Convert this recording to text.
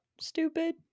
stupid